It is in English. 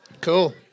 Cool